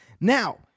Now